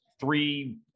three